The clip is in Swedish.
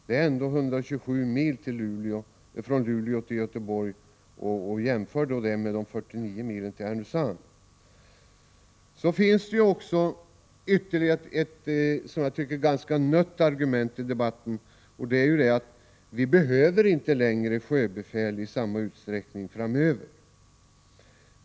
Det är ändå 127 mil från Luleå till Göteborg, jämfört med de 49 milen till Härnösand. Så finns det ytterligare ett nött argument i debatten, nämligen att vårt land inte behöver sjöbefäl i samma utsträckning framöver.